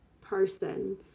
person